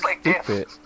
stupid